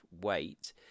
weight